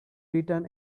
written